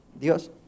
Dios